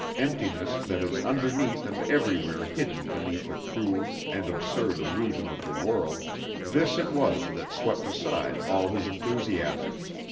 emptiness that is underneath and everywhere hidden beneath the cruel and absurd illusion of the world this it was that swept aside all his enthusiasms.